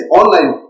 online